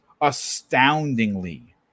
astoundingly